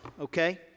okay